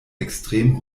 extrem